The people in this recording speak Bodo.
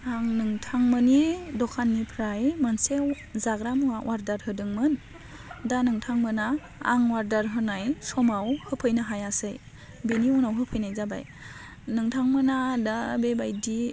आं नोंथांमोननि दखाननिफ्राय मोनसे जाग्रा मुवा अर्दार होदोंमोन दा नोंथांमोनहा आं अर्दार होनाय समाव होफैनो हायासै बेनि उनाव होफैनाय जाबाय नोंथांमोनहा दा बेबायदि